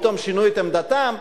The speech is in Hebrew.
פתאום שינו את עמדתם?